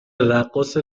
رقاص